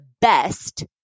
best